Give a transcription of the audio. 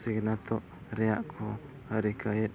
ᱥᱤᱠᱷᱱᱟᱹᱛᱚᱜ ᱨᱮᱭᱟᱜ ᱠᱚ ᱨᱤᱠᱟᱹᱭ